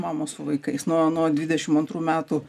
mamos su vaikais nuo nuo dvidešim antrų metų